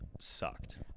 sucked